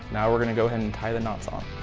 now we're going to go and and tie the knots on.